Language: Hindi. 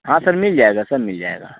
हाँ सर मिल जाएगा सब मिल जाएगा